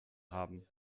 haben